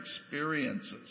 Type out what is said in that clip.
experiences